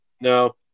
No